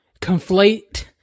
conflate